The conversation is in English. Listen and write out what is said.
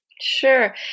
Sure